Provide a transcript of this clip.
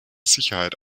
sicherheit